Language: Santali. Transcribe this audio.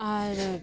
ᱟᱨ